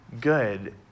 good